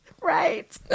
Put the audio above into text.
Right